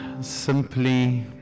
simply